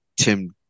Tim